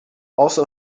also